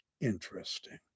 interesting